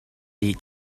dih